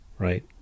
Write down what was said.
Right